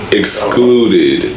excluded